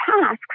tasks